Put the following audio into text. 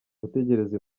gutegereza